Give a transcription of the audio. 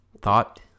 thought